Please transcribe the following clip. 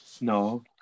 No